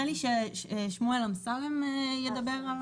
שמואל אמסלם,